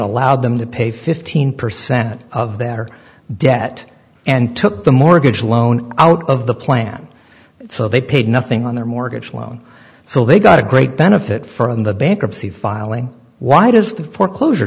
allowed them to pay fifteen percent of their debt and took the mortgage loan out of the plan so they paid nothing on their mortgage loan so they got a great benefit from the bankruptcy filing why does the foreclosure